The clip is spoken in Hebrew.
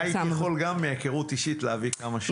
גם אני הייתי יכול להביא מהיכרות אישית כמה שמות,